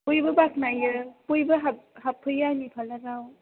बयबो बाखोनायो बयबो हाब हाबफैयो आंनि पारलारआव